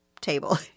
table